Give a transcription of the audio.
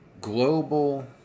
Global